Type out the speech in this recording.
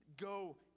go